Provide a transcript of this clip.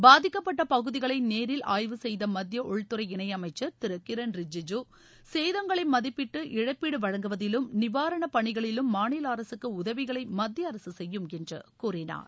பாதிக்கப்பட்ட பகுதிகளை நேரில் ஆய்வுசெய்த மத்திய உள்துறை இணையமைச்சர் திரு கிரண் ரிஜிஜு சேதங்களை மதிப்பீட்டு இழப்பீடு வழங்குவதிலும் நிவாரணப் பணிகளிலும் மாநில அரசுக்கு உதவிகளை மத்திய அரசு செய்யும் என்று கூறினார்